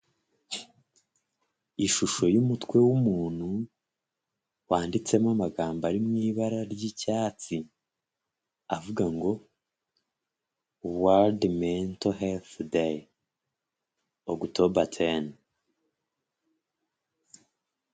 Ishusho y'umutwe w'umuntu wanditsemo amagambo ari mu ibara ry'icyatsi avuga ngo worudi mento herifu dayi ogitoba.